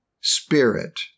spirit